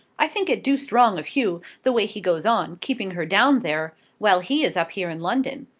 i think it doosed wrong of hugh, the way he goes on, keeping her down there, while he is up here in london.